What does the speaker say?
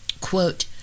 quote